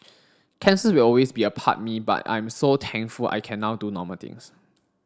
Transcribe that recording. cancer will always be a part me but I am so thankful I can now do normal things